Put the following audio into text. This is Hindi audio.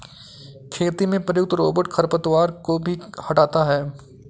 खेती में प्रयुक्त रोबोट खरपतवार को भी हँटाता है